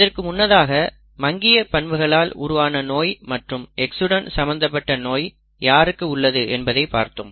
இதற்கு முன்னதாக மங்கிய பண்புகளால் உருவான நோய் மற்றும் X உடன் சம்மந்தப்பட்ட நோய் யாருக்கு உள்ளது என்பதை பார்த்தோம்